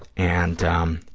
and um